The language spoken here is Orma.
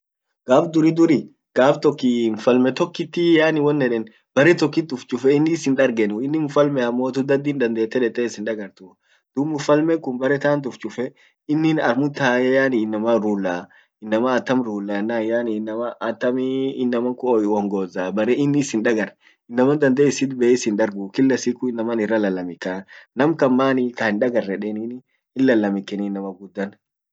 gaf duri duri, gaf tok mfalme tokkit yaani won eden bare tokkit uf cchufe innin is hindargenuu, inin mfalme ammotu dhadin dandete dete is hindagartu dub mfalmen kun bare tant uf cchufe innin armum tae yaani inama ruler, inama attam ruler ennan yaani inama atamii inaman kun ongoza bare in is hindagar inaman dandee isit bee is hindargu kila siku inaman irra lalamika nam kan maani kahindagar edenini hin lalamikeni inama guddan.